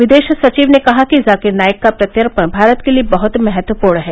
विदेश सचिव ने कहा कि जाकिर नाइक का प्रत्यर्पण भारत के लिए बहुत महत्वपूर्ण है